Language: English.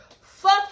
Fuck